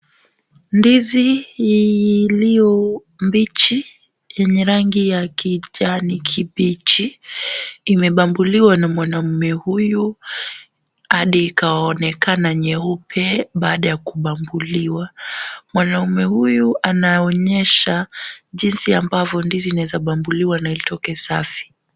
Ndizi iliyo bichi yenye rangi ya kijani kibichi imebambuliwa na mwanamume huyu hadi ikaonekana nyeupe baada ya kubambuliwa, mwanamume huyu anaonyesha jinsi ambavyo ndizi linaweza bambuliwa na litoke safi.